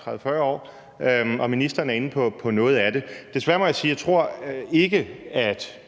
30-40 år, og ministeren er inde på noget af det. Desværre må jeg sige, at jeg ikke tror,